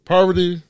Poverty